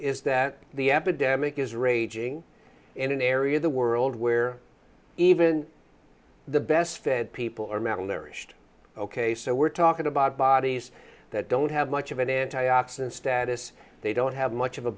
is that the epidemic is raging in an area of the world where even the best fed people are malnourished ok so we're talking about bodies that don't have much of an antioxidant status they don't have much of a